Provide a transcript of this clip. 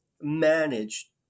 manage